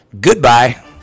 goodbye